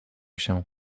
się